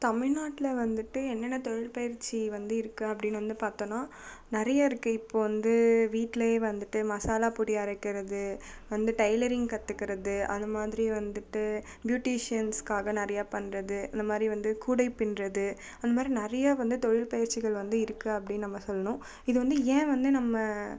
தமிழ்நாட்டில் வந்துட்டு என்னென்ன தொழிற்பயிற்சி வந்து இருக்கு அப்படின்னு வந்து பார்த்தோன்னா நிறைய இருக்கு இப்போ வந்து வீட்லையே வந்துட்டு மசாலாப்பொடி அரைக்கிறது வந்து டைலரிங் கத்துக்கிறது அந்த மாதிரி வந்துட்டு பியூட்டீஷியன்ஸுகாக நிறைய பண்றது அந்த மாதிரி வந்து கூடைப்பின்றது அந்த மாதிரி நிறையா வந்து தொழிற்பயிற்சிகள் வந்து இருக்கு அப்படின்னு நம்ம சொல்லணும் இது வந்து ஏன் வந்து நம்ம